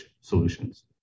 solutions